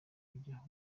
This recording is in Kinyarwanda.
kujyaho